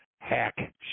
hack